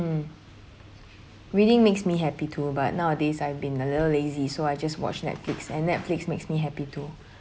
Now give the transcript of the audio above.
reading makes me happy too but nowadays I've been a little lazy so I just watch Netflix and Netflix makes me happy too